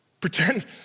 Pretend